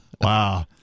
Wow